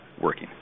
working